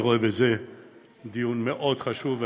אני רואה בזה דיון חשוב מאוד,